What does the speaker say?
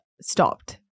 stopped